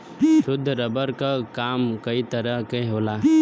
शुद्ध रबर क काम कई तरे क होला